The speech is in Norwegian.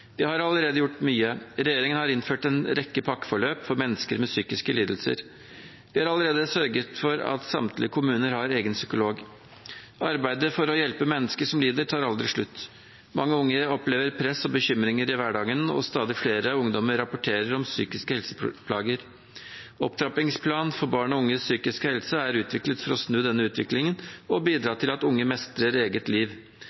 Vi har allerede gjort mye. Regjeringen har innført en rekke pakkeforløp for mennesker med psykiske lidelser. Vi har allerede sørget for at samtlige kommuner har egen psykolog. Arbeidet for å hjelpe mennesker som lider, tar aldri slutt. Mange unge opplever press og bekymringer i hverdagen, og stadig flere ungdommer rapporterer om psykiske helseplager. Opptrappingsplanen for barn og unges psykiske helse er utviklet for å snu denne utviklingen og bidra til at unge skal mestre eget liv.